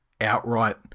outright